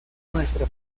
nuestra